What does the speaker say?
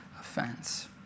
offense